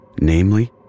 namely